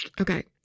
Okay